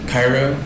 Cairo